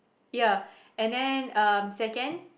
ya and then second